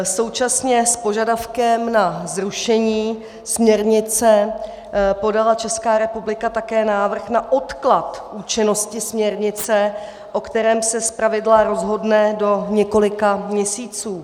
Současně s požadavkem na zrušení směrnice podala Česká republika také návrh na odklad účinnosti směrnice, o kterém se zpravidla rozhodne do několika měsíců.